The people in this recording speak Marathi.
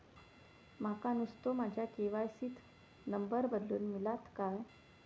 माका नुस्तो माझ्या के.वाय.सी त नंबर बदलून मिलात काय?